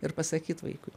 ir pasakyt vaikui